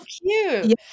cute